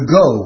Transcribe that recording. go